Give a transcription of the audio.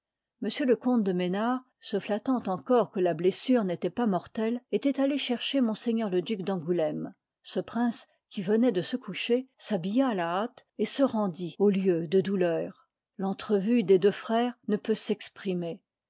m le comte de mesnard se flattant encore que la blessure n'étoit pas mortelle étoit allé chercher ms le duc d'angouléme ce prince qui venoit de se coucher s'habilla à la hâte et se rendit au lieu de douleur l'entrevue des deux frèresne peut s'exprimer